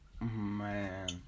Man